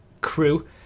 crew